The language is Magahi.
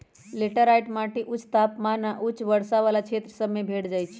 लेटराइट माटि उच्च तापमान आऽ उच्च वर्षा वला क्षेत्र सभ में भेंट जाइ छै